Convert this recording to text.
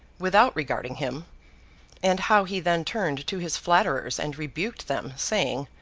without regarding him and how he then turned to his flatterers, and rebuked them, saying,